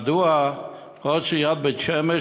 מדוע ראש עיריית בית-שמש,